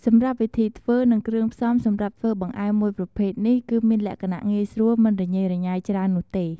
សម្រាប់វិធីធ្វើ និងគ្រឿងផ្សំសម្រាប់ធ្វើបង្អែមមួយប្រភេទនេះ គឺមានលក្ខណៈងាយស្រួលមិនរញ៉េរញ៉ៃច្រើននោះទេ។